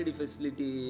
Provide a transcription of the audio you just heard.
facility